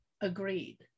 Agreed